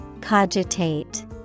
Cogitate